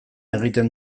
egiten